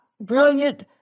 brilliant